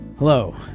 Hello